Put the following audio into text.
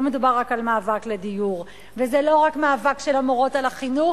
לא מדובר רק על מאבק לדיור וזה לא רק מאבק של המורות על החינוך